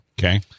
Okay